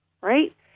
right